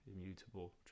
immutable